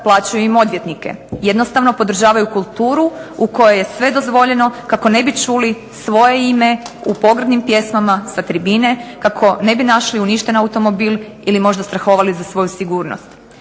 plaćaju im odvjetnike, jednostavno podržavaju kulturu u kojoj je sve dozvoljeno kako ne bi čuli svoje ime u pogrdnim pjesmama sa tribine, kako ne bi našli uništen automobil ili možda strahovali za svoju sigurnost.